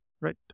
Right